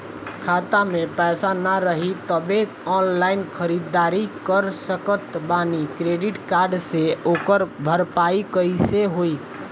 खाता में पैसा ना रही तबों ऑनलाइन ख़रीदारी कर सकत बानी क्रेडिट कार्ड से ओकर भरपाई कइसे होई?